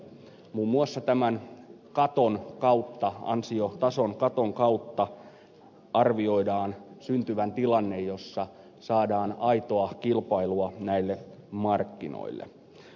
muun muassa tämän katon kautta ansiotason katon kautta arvioidaan syntyvän tilanne jossa saadaan aitoa kilpailua näille markkinoille